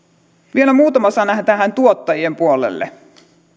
vielä muutama sana tähän tuottajien puolelle